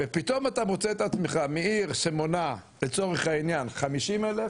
ופתאום אתה מוצא את עצמך מעיר שמונה לצורך העניין 50 אלף,